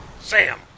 Sam